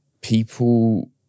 people